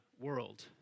world